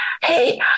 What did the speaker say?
Hey